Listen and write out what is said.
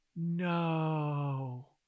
No